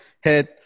head